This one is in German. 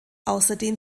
außerdem